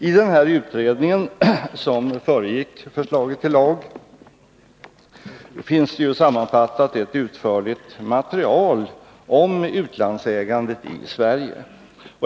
I den utredning som föregick förslaget till lag finns sammanfattat ett utförligt material om utlandsägandet i Sverige.